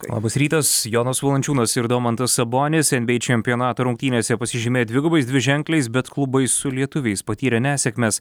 labas rytas jonas valančiūnas ir domantas sabonis en by ei čempionato rungtynėse pasižymėjo dvigubais dviženkliais bet klubai su lietuviais patyrė nesėkmes